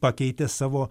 pakeitė savo